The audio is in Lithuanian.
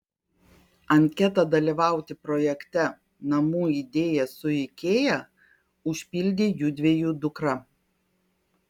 anketą dalyvauti projekte namų idėja su ikea užpildė judviejų dukra